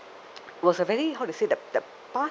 was a very how to say the the past